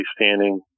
standing